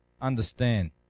understand